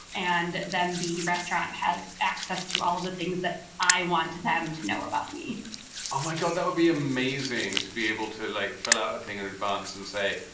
and then the restaurant has access to all of the things that i want them to know about me oh, my god. that would be amazing to be able to, like fill out a thing in advance and say,